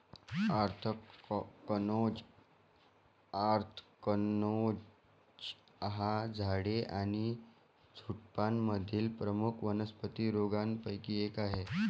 anthracnose anthracnose हा झाडे आणि झुडुपांमधील प्रमुख वनस्पती रोगांपैकी एक आहे